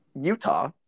Utah